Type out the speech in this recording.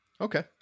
Okay